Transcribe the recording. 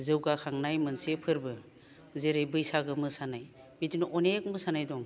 जौगाखांनाय मोनसे फोरबो जेरै बैसागो मोसानाय बिदिनो अनेक मोसानाय दं